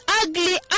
ugly